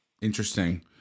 Interesting